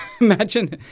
imagine